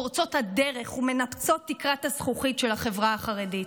פורצות הדרך ומנפצות תקרת הזכוכית של החברה החרדית.